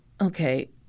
okay